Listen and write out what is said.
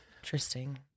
Interesting